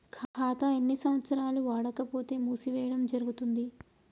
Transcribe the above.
ఖాతా ఎన్ని సంవత్సరాలు వాడకపోతే మూసివేయడం జరుగుతుంది?